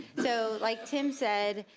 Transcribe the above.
so like tim said,